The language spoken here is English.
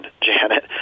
Janet